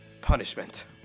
Punishment